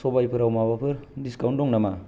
सबायफोराव माबाफोर डिसकाउन्ट दङ नामा